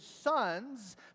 sons